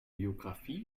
biografie